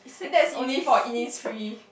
and that's only for Innisfree